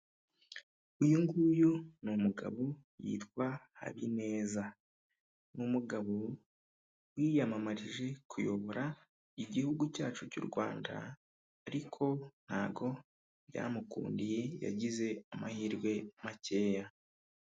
Uyu nguyu ni umugabo yitwa Habineza, ni umugabo wiyamamarije kuyobora igihugu cyacu cy'u Rwanda ariko ntabwo byamukundiye yagize amahirwe makeya.